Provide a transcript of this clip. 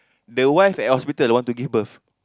the wife at hospital don't want to give birth